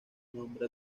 nombre